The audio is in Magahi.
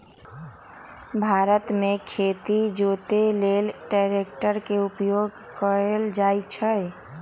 भारत मे खेती जोते लेल ट्रैक्टर के उपयोग कएल जाइ छइ